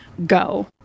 go